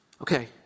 Okay